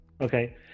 okay